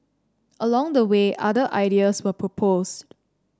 along the way other ideas were proposed